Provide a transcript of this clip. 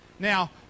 Now